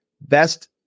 best